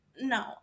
no